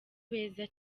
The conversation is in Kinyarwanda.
beza